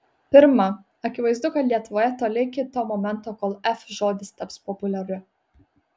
pirma akivaizdu kad lietuvoje toli iki to momento kol f žodis taps populiariu